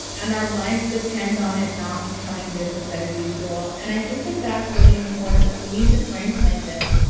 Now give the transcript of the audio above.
and our lives depend on it not becoming business as usual. and i think that that's really important. like we need to frame it like this.